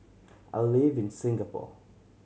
I live in Singapore